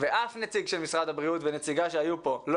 אף נציג של משרד הבריאות ונציגה שהיו כאן לא